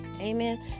Amen